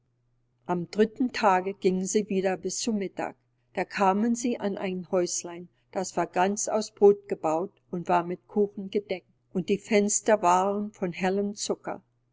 am dritten tage gingen sie wieder bis zu mittag da kamen sie an ein häuslein das war ganz aus brod gebaut und war mit kuchen gedeckt und die fenster waren von hellem zucker